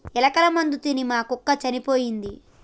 ఎలుకల మందు తిని మా కుక్క చనిపోయింది